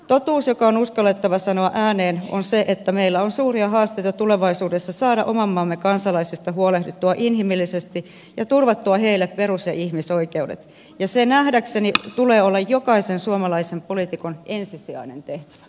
totuus joka on uskallettava sanoa ääneen on se että meillä on suuria haasteita tulevaisuudessa saada oman maamme kansalaisista huolehdittua inhimillisesti ja turvattua heille perus ja ihmisoikeudet ja sen nähdäkseni tulee olla jokaisen suomalaisen poliitikon ensisijainen tehtävä